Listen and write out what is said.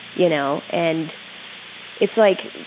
you know. and it's like,